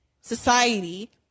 society